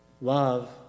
Love